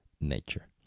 nature